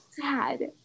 sad